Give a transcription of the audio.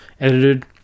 edited